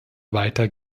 weiter